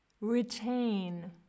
Retain